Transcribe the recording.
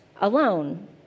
alone